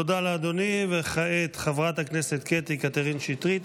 תודה לאדוני, וכעת, חברת הכנסת קטי קטרין שטרית.